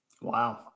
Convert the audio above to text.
wow